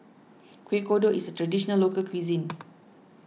Kuih Kodok is a Traditional Local Cuisine